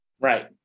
Right